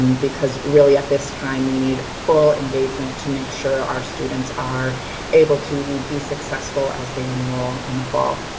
and because really, at this time, we need full engagement to make sure our students are able to be successful as they enroll in the fall.